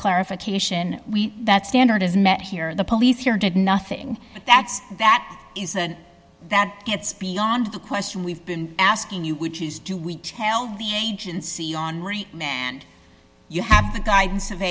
clarification that standard is met here the police here did nothing but that's that is that gets beyond the question we've been asking you which is do we tell the agency you have the guidance of